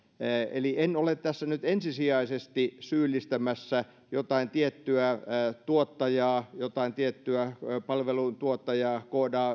eli en ole tässä nyt ensisijaisesti syyllistämässä jotain tiettyä tuottajaa jotain tiettyä palveluntuottajaa